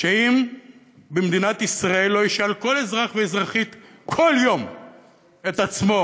שאם במדינת ישראל לא ישאל כל אזרח ואזרחית כל יום את עצמו